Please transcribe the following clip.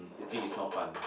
teaching is not fun